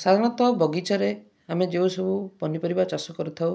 ସାଧାରଣତଃ ବଗିଚାରେ ଆମେ ଯେଉଁ ସବୁ ପନିପରିବା ଚାଷ କରିଥାଉ